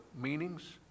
meanings